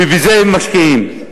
ובזה הם משקיעים.